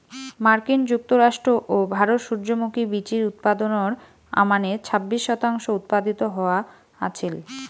মার্কিন যুক্তরাষ্ট্র ও ভারত সূর্যমুখী বীচির উৎপাদনর আমানে ছাব্বিশ শতাংশ উৎপাদিত হয়া আছিল